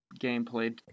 gameplay